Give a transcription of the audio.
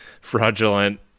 fraudulent